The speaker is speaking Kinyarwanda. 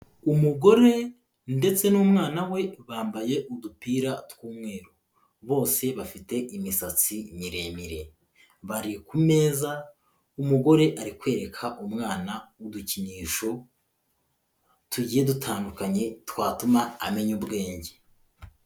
Umugore ndetse n'umwana we bambaye udupira tw'umweru, bose bafite imisatsi miremire, bari ku meza, umugore ari kwereka umwana udukinisho tugiye dutandukanye twatuma amenya ubwenge.